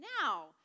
now